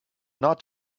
not